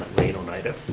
lane, oneida.